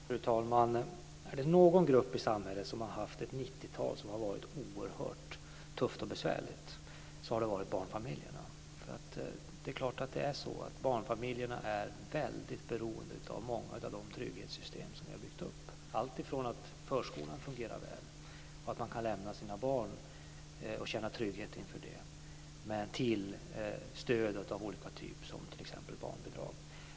Fru talman! Är det någon grupp i samhället som har haft ett 90-tal som har varit oerhört tufft och besvärligt så är det barnfamiljerna. Det är klart att barnfamiljerna är väldigt beroende av de trygghetssystem som vi har byggt upp. Det gäller allt ifrån att förskolan fungerar väl - att man kan lämna sina barn och känna trygghet inför det - till stöd av olika typ som t.ex. barnbidrag.